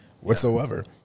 whatsoever